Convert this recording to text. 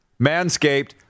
Manscaped